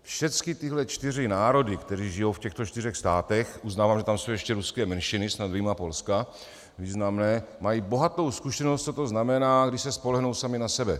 Všechny tyhle čtyři národy, které žijí v těchto čtyřech státech uznávám, že tam jsou ještě ruské menšiny, snad vyjma Polska, významné , mají bohatou zkušenost, co to znamená, když se spolehnou samy na sebe.